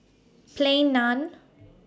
Plain Naan